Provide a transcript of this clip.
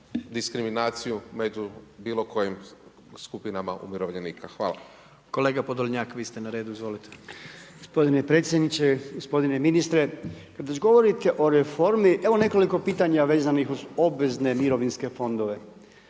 diskriminaciju u bilo kojim skupinama umirovljenika. Hvala. **Jandroković, Gordan (HDZ)** Kolega Podolnjak, vi ste na redu, izvolite. **Podolnjak, Robert (MOST)** Gospodine predsjedniče, gospodine ministre. Kada već govorite o reformi, evo nekoliko pitanja vezanih uz obveze mirovinske fondove.